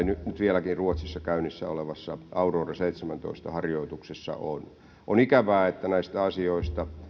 nyt ruotsissa käynnissä olevassa aurora seitsemäntoista harjoituksessa on on ikävää että näistä asioista